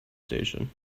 station